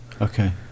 okay